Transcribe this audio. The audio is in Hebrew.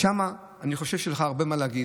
שם אני חושב שיהיה לך הרבה מה להגיד.